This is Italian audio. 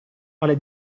alle